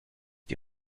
die